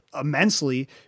immensely